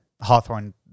Hawthorne